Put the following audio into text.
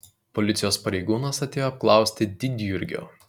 policijos pareigūnas atėjo apklausti didjurgio